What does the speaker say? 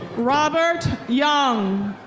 robert young.